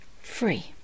Free